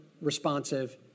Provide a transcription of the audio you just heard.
responsive